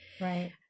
Right